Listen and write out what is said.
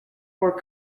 more